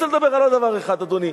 אני רוצה לדבר על עוד דבר אחד, אדוני.